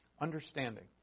Understanding